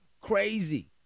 crazy